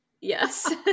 yes